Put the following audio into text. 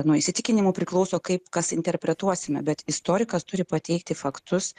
nuo įsitikinimų priklauso kaip kas interpretuosime bet istorikas turi pateikti faktus